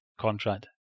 contract